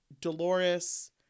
Dolores